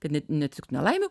kad ne neatsitiktų nelaimių